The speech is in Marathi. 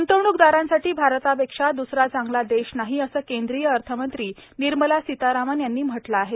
गृंतवणूकदारांसाठी भारतापेक्षा दुसरा चांगला देश नाही असं केंद्रीय अर्थमंत्री निर्मला सीतारामन् यांनी म्हटलं आहे